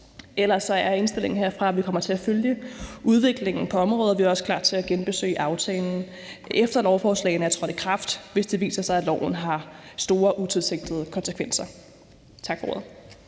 Ellers er indstillingen herfra, at vi kommer til at følge udviklingen på området, og vi er også klar til at genbesøge aftalen, efter at lovforslaget er trådt i kraft, hvis det viser sig, at loven har store utilsigtede konsekvenser. Tak for ordet.